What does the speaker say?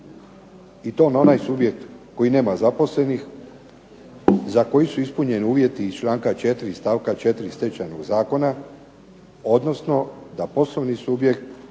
i to na onaj subjekt koji nema zaposlenih, za koji su ispunjeni uvjeti iz članka 4. stavka 4. Stečajnog zakona odnosno da poslovni subjekt